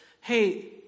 Hey